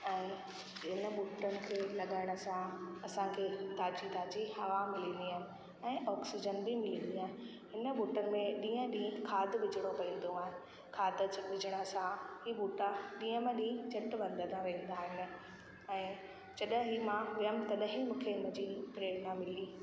ऐं इन ॿूटनि खे लॻाइण सां असांखे ताज़ी ताज़ी हवा मिलंदी आहे ऐं ऑक्सीजन बि मिलंदी आहे इन ॿूटनि में ॾींहं ॾींहं ॾींहुं खाद विझिणो पवंदो आहे खाद जे विझण सां ही ॿूटा ॾींहं ॿ ॾींहुं झटि वधंदा वेंदा आहिनि ऐं जॾहिं ही मां वियमि तॾहिं ही मूंखे इन जी प्रेरणा मिली